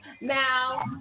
Now